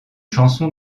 chanson